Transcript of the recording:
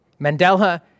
Mandela